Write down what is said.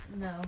No